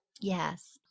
Yes